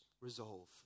resolve